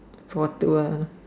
for tour